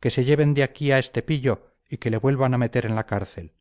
que se lleven de aquí a este pillo y le vuelvan a meter en la cárcel